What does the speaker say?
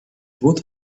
would